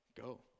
Go